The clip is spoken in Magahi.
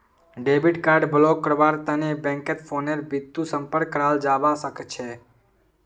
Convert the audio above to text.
डेबिट कार्ड ब्लॉक करव्वार तने बैंकत फोनेर बितु संपर्क कराल जाबा सखछे